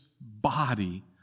body